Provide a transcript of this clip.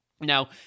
Now